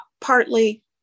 partly